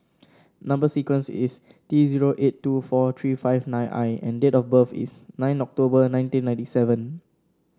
number sequence is T zero eight two four three five nine I and date of birth is nine October nineteen ninety seven